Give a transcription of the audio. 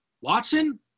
Watson